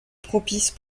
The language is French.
propice